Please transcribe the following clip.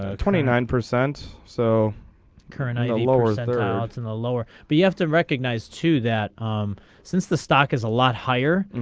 ah twenty nine percent. so currently a lower centre outs in the lower. but we have to recognize to that since the stock is a lot higher.